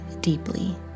deeply